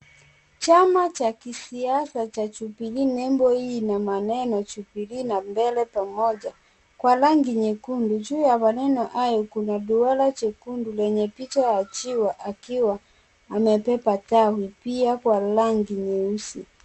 Chama cha kisiasa cha Jubilee nembo hili ina maneno Jubilee na mbele pamoja. Kwa rangi nyekundu. Juu ya maneno hayo kuna duara jekundu lenye picha ya njiwa akiwa amebeba njiwa pia kwa rangi nyeusi.